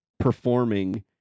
performing